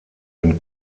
den